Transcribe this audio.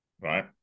right